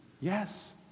Yes